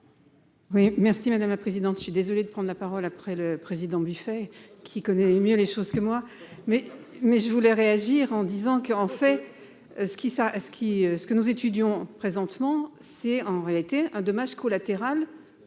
Oui merci madame la présidente, je suis désolé de prendre la parole après le président buffet qui connaît mieux les choses que moi, mais, mais je voulais réagir en disant que, en fait, ce qui ça ce qui ce que nous étudions présentement, c'est en réalité un dommage collatéral